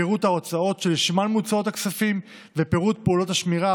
פירוט ההוצאות שלשמן מוצאים הכספים ופירוט פעולות השמירה,